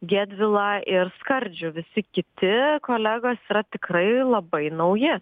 gedvilą ir skardžių visi kiti kolegos yra tikrai labai nauji